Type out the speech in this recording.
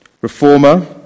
reformer